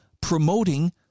promoting